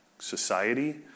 society